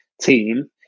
team